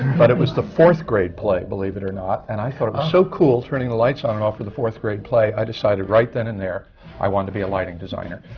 but it was the fourth grade play, believe it or not, and i thought it was so cool turning the lights on and off for the fourth grade play, i decided right then and there i wanted to be a lighting designer.